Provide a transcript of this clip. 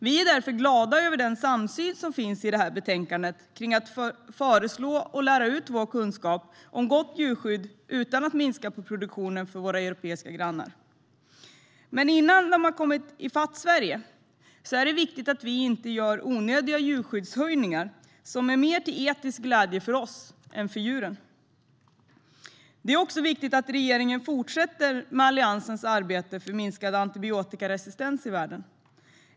Vi är därför glada över den samsyn som finns i betänkandet kring att föreslå och lära ut vår kunskap om gott djurskydd utan att minska på produktionen för våra europeiska grannar. Men innan de har kommit i fatt Sverige är det viktigt att vi inte gör onödiga djurskyddshöjningar som mer är till etisk glädje för oss än till glädje för djuren. Det är också viktigt att regeringen fortsätter med Alliansens arbete för minskad antibiotikaresistens i världen.